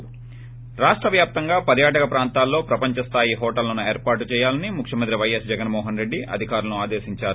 ి రాష్ట వ్యాప్తంగా పర్యాటక ప్రాంతాల్లో ప్రపంచ స్టాయి హోటళ్లను ఏర్పాటు చేయాలని ముఖ్యమంత్రి పైఎస్ జగన్మో హన్రెడ్డి అధికారులను ఆదేశించారు